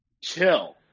chill